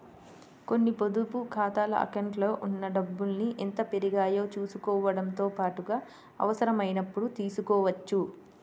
కొన్ని పొదుపు ఖాతాల అకౌంట్లలో ఉన్న డబ్బుల్ని ఎంత పెరిగాయో చూసుకోవడంతో పాటుగా అవసరమైనప్పుడు తీసుకోవచ్చు